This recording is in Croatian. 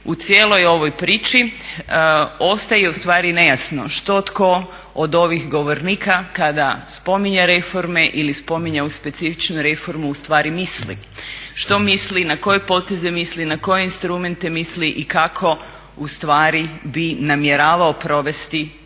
u cijeloj ovoj priči ostaje u stvari nejasno što tko od ovih govornika kada spominje reforme ili spominje ovu specifičnu reformu u stvari misli. Što misli na koje poteze misli, na koje instrumente misli i kako u stvari bi namjeravao provesti ono